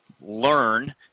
learn